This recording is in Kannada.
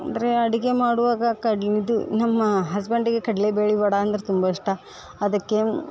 ಅಂದರೆ ಅಡುಗೆ ಮಾಡುವಾಗ ಕಡ್ಲ್ ಇದು ನಮ್ಮ ಹಸ್ಬೆಂಡಿಗೆ ಕಡಲೆ ಬೇಳೆ ವಡೆ ಅಂದ್ರೆ ತುಂಬ ಇಷ್ಟ ಅದಕ್ಕೆ